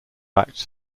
acts